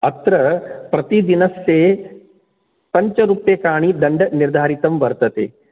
अत्र प्रतिदिनस्य पञ्चरुप्यकाणि दण्डः निर्धारितं वर्तते